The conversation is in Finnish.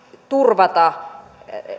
turvata